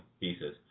pieces